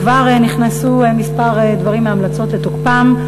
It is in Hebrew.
וכבר נכנסו כמה דברים מההמלצות לתוקפן,